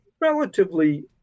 relatively